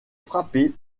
frappé